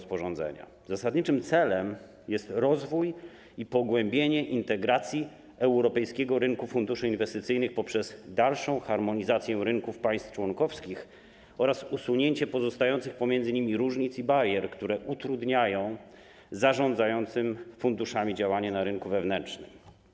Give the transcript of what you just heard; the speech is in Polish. Zasadniczym celem jest rozwój i pogłębienie integracji europejskiego rynku funduszy inwestycyjnych poprzez dalszą harmonizację rynków państw członkowskich oraz usunięcie pozostających pomiędzy nimi różnic i barier, które utrudniają zarządzającym funduszami działanie na rynku wewnętrznym.